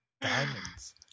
diamonds